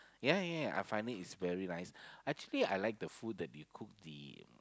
yeah yeah yeah I find it is very nice actually I like the food that you cook the